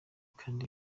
kandi